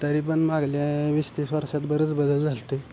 तरी पण मागल्या वीस तीस वर्षात बरंच बदल झाला होता